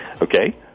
Okay